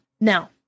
Now